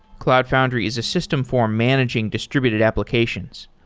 cloud foundry is a system for managing distributed applications.